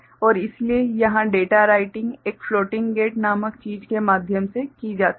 और इसलिए यहां डेटा राइटिंग एक फ्लोटिंग गेट नामक चीज के माध्यम से की जाती है